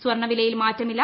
സ്വർണ വിലയിൽ മാറ്റമില്ല